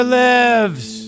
lives